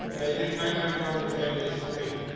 they do rainbow road at the endless stream,